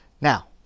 Now